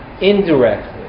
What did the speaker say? indirectly